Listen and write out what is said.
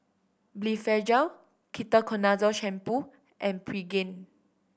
Blephagel Ketoconazole Shampoo and Pregain